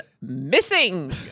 missing